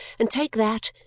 and take that,